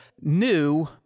new